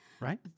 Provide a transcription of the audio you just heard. Right